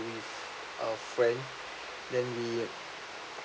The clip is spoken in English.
with a friend then we